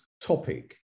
topic